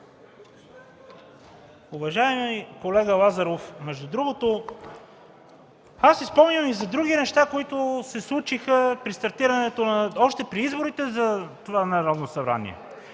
Уважаеми колега Лазаров, между другото, аз си спомням и за други неща, които се случиха още при изборите за това Народно събрание.